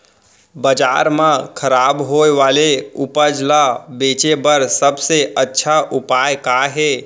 बाजार मा खराब होय वाले उपज ला बेचे बर सबसे अच्छा उपाय का हे?